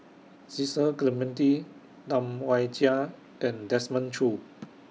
Cecil Clementi Tam Wai Jia and Desmond Choo